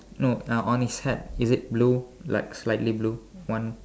no uh on his hat is it blue like slightly blue one